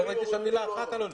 לא ראיתי שם מילה אחת על עולים.